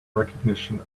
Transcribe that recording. recognition